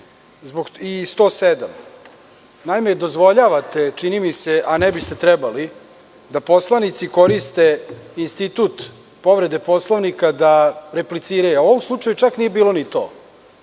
i 107.Naime, dozvoljavate, čini mi se, a ne biste trebali da poslanici koriste institut povrede Poslovnika da repliciraju. U ovom slučaju čak nije bilo ni to,